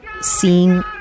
seeing